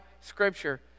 scripture